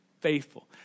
faithful